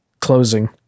closing